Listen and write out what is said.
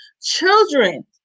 Children